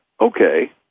Okay